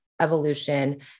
evolution